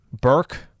Burke